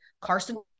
Carson